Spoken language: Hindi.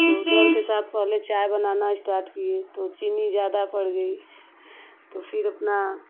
डर के साथ पहले चाय बनाना स्टार्ट किए तो चीनी ज़्यादा पड़ गई तो फिर अपना